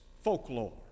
folklore